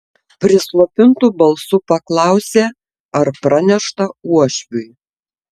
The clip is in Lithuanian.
prislopintu balsu paklausė ar pranešta uošviui